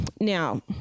Now